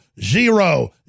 zero